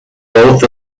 both